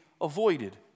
avoided